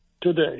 today